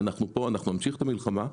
אנחנו כאן, אנחנו נמשיך את המלחמה.